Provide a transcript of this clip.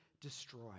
destroy